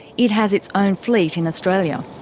it has its own fleet in australia.